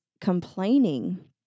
complaining